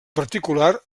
particular